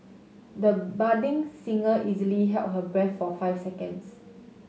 the budding singer easily held her breath for five seconds